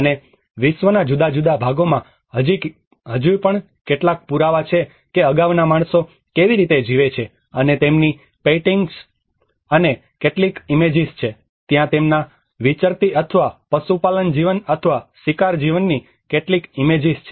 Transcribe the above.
અને વિશ્વના જુદા જુદા ભાગોમાં હજી પણ કેટલાક પુરાવા છે કે અગાઉના માણસ કેવી રીતે જીવે છે અને તેમની પેઇન્ટિંગ્સની કેટલીક ઇમેજીસ છે ત્યાં તેમના વિચરતી અથવા પશુપાલન જીવન અથવા શિકાર જીવનની કેટલીક ઇમેજીસ છે